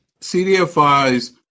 CDFIs